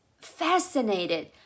fascinated